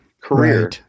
career